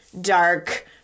dark